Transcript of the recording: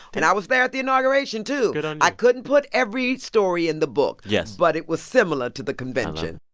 and i was there at the inauguration, too. but and i couldn't put every story in the book. yes. but it was similar to the convention